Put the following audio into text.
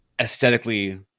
aesthetically